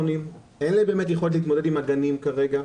להם באמת יכולת להתמודד עם הגנים כרגע.